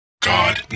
God